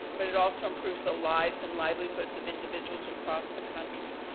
but it also improves the lives and livelihoods of individuals across the country.